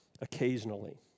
occasionally